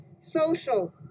social